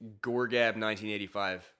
gorgab1985